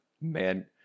man